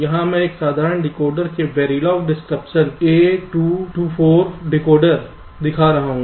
यहां मैं एक साधारण डिकोडर के Verilog description a 2 two 4 decoder दिखा रहा हूं